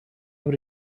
able